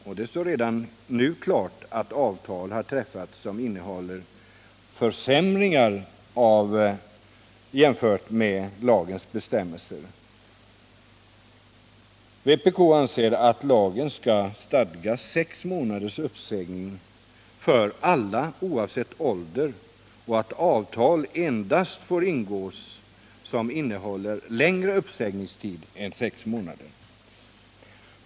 Och det står redan nu klart att avtal har träffats som innehåller försämringar jämfört med lagens bestämmelser. Vpk anser att lagen skall stadga sex månaders uppsägning för alla, oavsett ålder, och att avtal endast får ingås om längre uppsägningstid än sex månader.